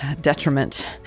detriment